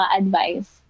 advice